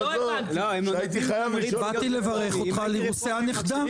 באתי לברך אותך על אירוסי הנכדה.